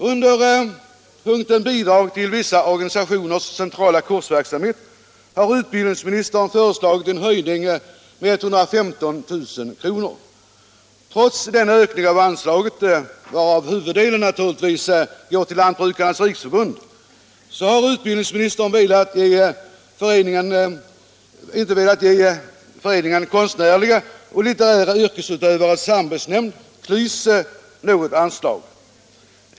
Under punkten Bidrag till vissa organisationers centrala kursverksamhet har utbildningsministern föreslagit en höjning med 115 000 kr. Trots denna ökning av anslaget, varav huvuddelen naturligtvis går till Lantbrukarnas riksförbund, så har inte utbildningsministern velat ge föreningen Konstnärliga och litterära yrkesutövares samarbetsnämnd, KLYS, något anslag.